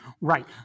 Right